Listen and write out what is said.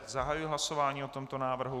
Zahajuji hlasování o tomto návrhu.